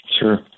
sure